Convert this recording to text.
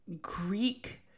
Greek